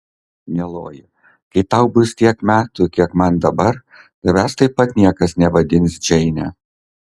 mieloji kai tau bus tiek metų kiek man dabar tavęs taip pat niekas nevadins džeine